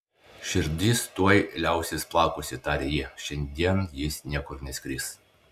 širdis tuoj liausis plakusi tarė ji šiandien jis niekur neskris